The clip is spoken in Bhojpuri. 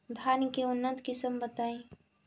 धान के उन्नत किस्म बताई?